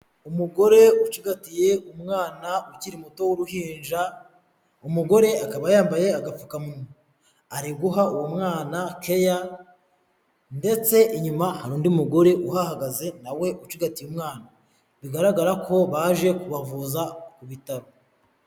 Umugore ucigatitiye umwana ukiri muto w'uruhinja. Umugore akaba yambaye agapfukamu ari guha uwo mwana keya ndetse inyuma hari undi mugore uhagaze nawe ucigatiye umwana bigaragara ko baje kubavuza ku bitaro.